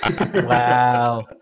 Wow